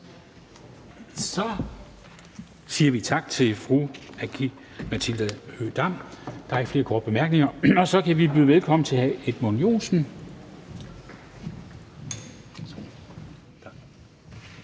Så siger vi tak til fru Aki-Matilda Høegh-Dam. Der er ikke flere korte bemærkninger. Og så kan vi byde velkommen til hr. Edmund Joensen.